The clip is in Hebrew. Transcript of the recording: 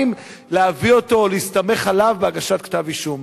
אם להביא אותו או להסתמך עליו בהגשת כתב-אישום.